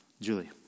Julie